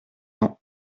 ans